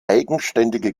eigenständige